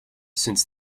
since